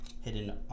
hidden